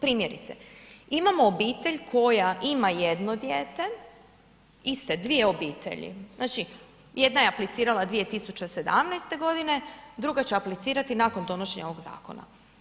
Primjerice, imamo obitelj koja ima jedno dijete, iste dvije obitelji, znači jedna je aplicirala 2017. godine, druga će aplicirati nakon donošenja ovog zakona.